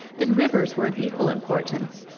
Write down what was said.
then rivers were of equal importance.